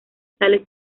sales